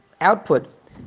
output